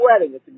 wedding